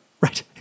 Right